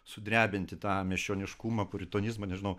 sudrebinti tą miesčioniškumą puritonizmą nežinau